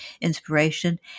inspiration